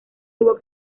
tuvo